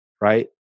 Right